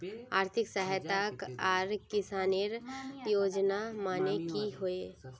आर्थिक सहायता आर किसानेर योजना माने की होय?